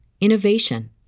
innovation